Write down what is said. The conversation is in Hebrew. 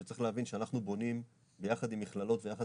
שצריך להבין שאנחנו בונים ביחד עם מכללות ויחד